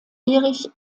erich